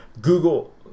Google